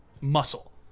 muscle